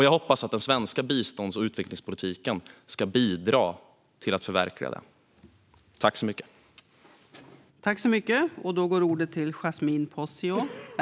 Jag hoppas att den svenska bistånds och utvecklingspolitiken ska bidra till att förverkliga detta.